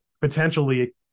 potentially